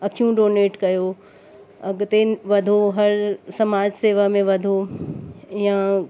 अखियूं डोनेट कयो अॻिते वधो हर समाज शेवा में वधो या